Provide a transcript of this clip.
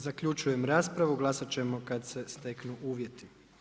Zaključujem raspravu, glasat ćemo kada se steknu uvjeti.